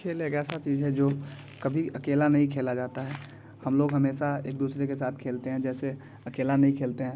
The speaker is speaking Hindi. जो कभी अकेला नहीं खेला जाता है हम लोग हमेशा एक दूसरे के साथ खेलते हैं जैसे अकेला नहीं खेलते हैं